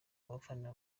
abafana